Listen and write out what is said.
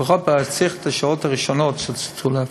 צריך לפחות את השעות הראשונות בצנתור לב.